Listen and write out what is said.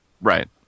Right